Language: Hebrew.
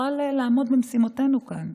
נוכל לעמוד במשימותינו כאן.